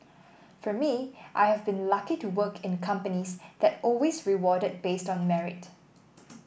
for me I have been lucky to work in companies that always rewarded based on merit